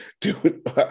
dude